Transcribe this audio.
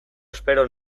espero